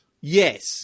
Yes